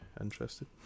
interested